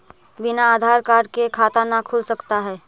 बिना आधार कार्ड के खाता न खुल सकता है?